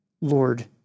Lord